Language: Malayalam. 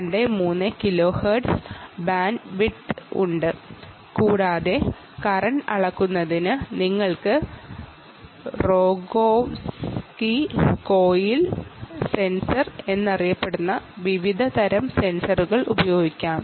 23 കിലോ ഹെർട്സ് ബാൻഡ്വിഡ്ത്ത് ഉണ്ട് കൂടാതെ കറന്റ് അളക്കുന്നതിന് നിങ്ങൾക്ക് റോഗോവ്സ്കി കോയിൽ സെൻസർ എന്നറിയപ്പെടുന്ന വിവിധ തരം സെൻസറുകൾ ഉപയോഗിക്കാം